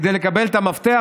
כדי לקבל את המפתח,